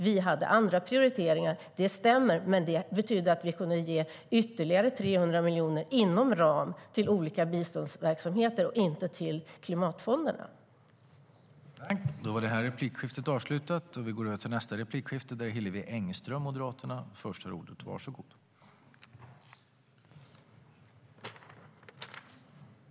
Vi hade andra prioriteringar - det stämmer. Men det betyder att vi kunde ge ytterligare 300 miljoner inom ram till olika biståndsverksamheter, och inte till klimatfonderna.